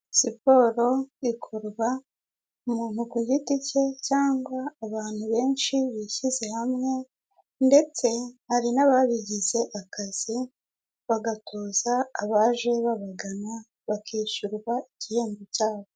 Siporo ikorwa umuntu ku giti cye cyangwa abantu benshi bishyize hamwe ndetse hari n'ababigize akazi, bagatoza abaje babagana bakishyurwa igihembo cyabo, .